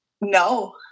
No